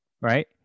right